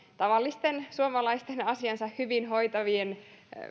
tavallisten suomalaisten asiansa hyvin hoitavien